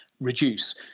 reduce